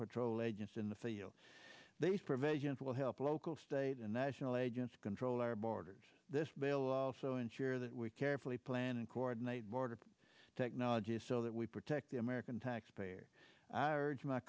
patrol agents in the field these provisions will help local state and national agents control our borders this bill also ensure that we carefully plan and coordinate border technology so that we protect the american taxpayer i urge my